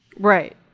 Right